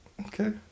Okay